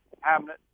Hamlet